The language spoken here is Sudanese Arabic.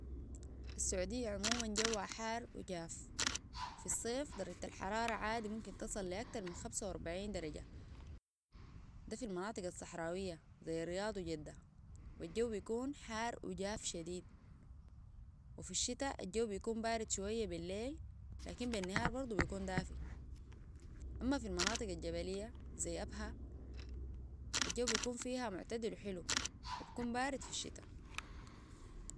في السعودية عموما جوه حار وجاف في الصيف درجة الحرارة عادة ممكن تصل لأكتر من خمسه واربعين درجة ده في المناطق الصحراوية زي الرياض وجدة والجو بيكون حار وجاف شديد وفي الشتاء الجو بيكون بارد شوية بالليل لكن بالنهار برضو بيكون دافي أما في المناطق الجبلية زي أبهى الجو بيكون فيها معتدل حلو بيكون بارد في الشتاء